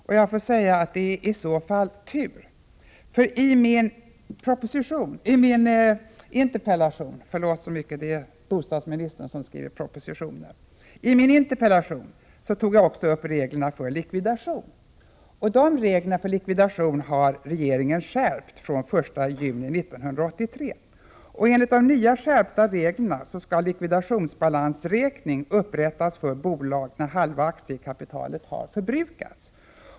Det är i så fall tur, för regeringen har ju fr.o.m. den 1 juni 1983 skärpt reglerna när det gäller likvidation, vilket jag också tagit upp i min interpellation. Enligt de nya reglerna skall likvidationsbalansräkning upprättas för bolag när halva aktiekapitalet har förbrukats.